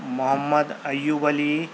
محمد Ayub علی